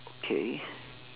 okay